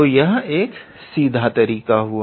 तो यह एक सीधा तरीका हुआ